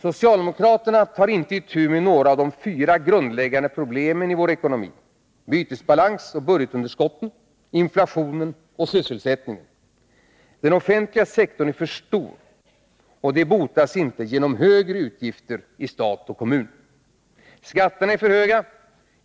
Socialdemokraterna tar inte itu med några av de fyra grundläggande problemen i vår ekonomi, bytesbalansoch budgetunderskotten, inflationen och sysselsättningen. Den offentliga sektorn är för stor. Det botas inte genom högre utgifter i stat och kommun. Skatterna är för höga.